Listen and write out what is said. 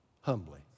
humbly